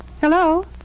Hello